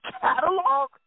catalog